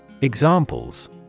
Examples